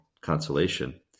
consolation